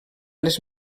les